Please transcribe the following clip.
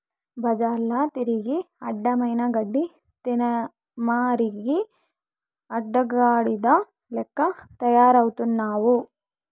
బజార్ల తిరిగి అడ్డమైన గడ్డి తినమరిగి అడ్డగాడిద లెక్క తయారవుతున్నావు